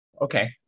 Okay